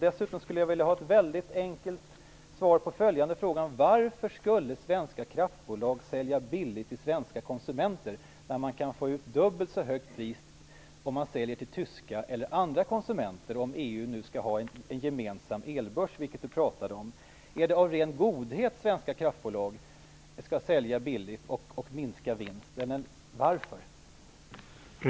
Dessutom skulle jag vilja ha ett enkelt svar på följande fråga: Varför skulle svenska kraftbolag sälja billigt till svenska konsumenter när man kan få ut dubbelt så högt pris om man säljer till tyska eller andra konsumenter, om EU nu skall ha en gemensam elbörs, vilket Barbro Andersson talade om? Är det av ren godhet som svenska kraftbolag skall sälja billigt och minska vinsten? Varför?